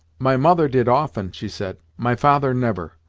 my mother did often, she said, my father never.